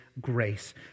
grace